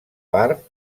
part